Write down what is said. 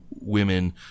women